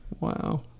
wow